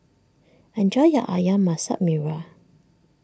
enjoy your Ayam Masak Merah